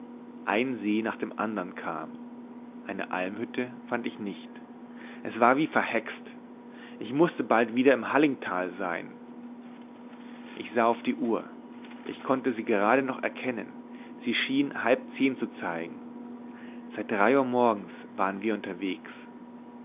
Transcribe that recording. ein see nach dem andern kam eine almhütte fand ich nicht es war wie verhext ich mußte bald wieder im hallingtal sein ich sah auf die uhr ich konnte sie gerade noch erkennen sie schien halb zehn zu zeigen seit drei uhr morgens waren wir unterwegs